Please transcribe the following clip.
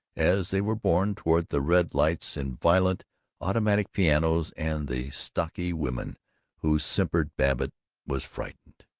as they were borne toward the red lights and violent automatic pianos and the stocky women who simpered, babbitt was frightened.